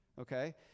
okay